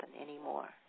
anymore